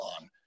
on